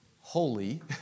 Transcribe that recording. Holy